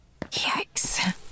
Yikes